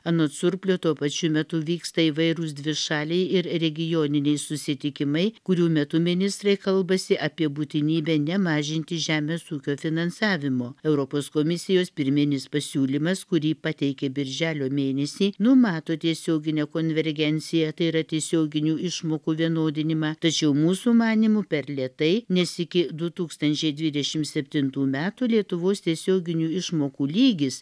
anot surplio tuo pačiu metu vyksta įvairūs dvišaliai ir regioniniai susitikimai kurių metu ministrai kalbasi apie būtinybę nemažinti žemės ūkio finansavimo europos komisijos pirminis pasiūlymas kurį pateikė birželio mėnesį numato tiesioginę konvergencijątai yra tiesioginių išmokų vienodinimą tačiau mūsų manymu per lėtai nes iki du tūkstančiai dvidešimt septintų metų lietuvos tiesioginių išmokų lygis